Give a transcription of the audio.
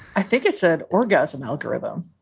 i think it's ah an orgasm algorithm.